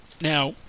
Now